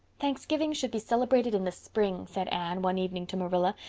thanksgiving should be celebrated in the spring, said anne one evening to marilla,